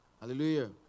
hallelujah